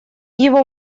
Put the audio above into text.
его